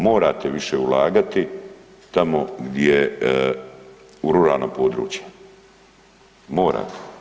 Morate više ulagati tamo gdje u ruralna područja, morate.